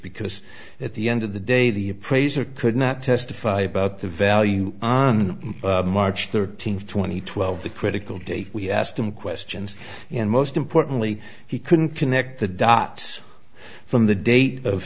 because at the end of the day the appraiser could not testify about the value on march thirteenth two thousand and twelve the critical date we asked him questions and most importantly he couldn't connect the dots from the date of